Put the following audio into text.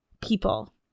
people